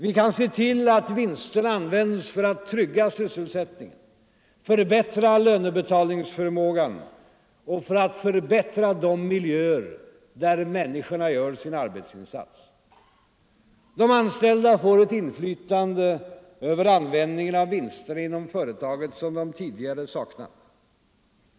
Vi kan se till att vinsterna används för att trygga sysselsättningen, förbättra lönebetalningsförmågan och för att förbättra de miljöer där människorna gör sin arbetsinsats. De anställda får ett inflytande över användningen av vinsterna inom företaget som de tidigare saknat.